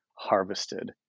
harvested